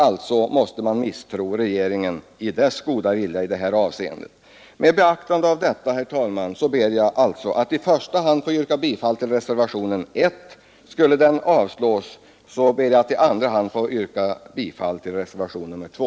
Alltså måste man misstro regeringen i fråga om dess goda vilja i denna fråga. Med beaktande av detta, herr talman, ber jag att i första hand få yrka bifall till reservationen 1. Skulle den avslås, ber jag att i andra hand få yrka bifall till reservationen 2.